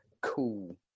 cool